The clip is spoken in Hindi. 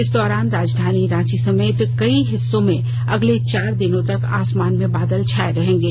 इस दौरान राजधानी रांची समेत कई हिस्सों में अगले चार दिनों तक आसमान में बादल छाए रहेंगे